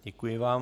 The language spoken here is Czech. Děkuji vám.